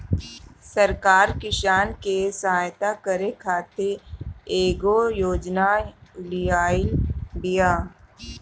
सरकार किसान के सहयता करे खातिर कईगो योजना लियाइल बिया